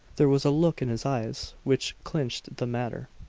there was a look in his eyes which clinched the matter.